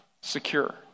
secure